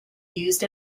used